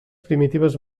primitives